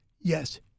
yes